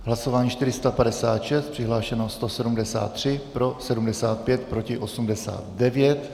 V hlasování 456 přihlášeno 173, pro 75, proti 89.